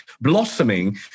blossoming